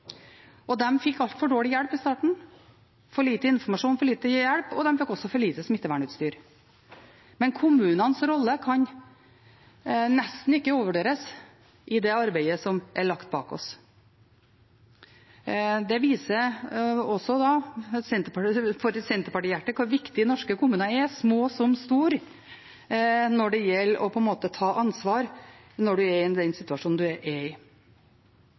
fikk altfor dårlig hjelp i starten, for lite informasjon, for lite hjelp, og de fikk også for lite smittevernutstyr. Men kommunenes rolle kan nesten ikke overvurderes i det arbeidet som er lagt bak oss. Det viser, også for et senterpartihjerte, hvor viktig norske kommuner er, små som store, når det gjelder å ta ansvar i den situasjonen en er i. Når det gjelder beredskap, ligger det flere forslag til behandling i